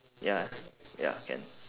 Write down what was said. ya ya can